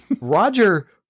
Roger